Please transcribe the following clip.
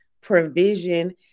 provision